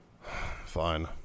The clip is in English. fine